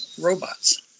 robots